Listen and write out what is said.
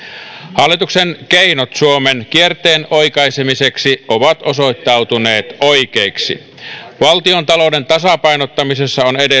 hallituksen keinot suomen kierteen oikaisemiseksi ovat osoittautuneet oikeiksi valtiontalouden tasapainottamisessa on